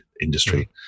industry